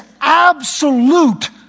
absolute